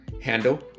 handle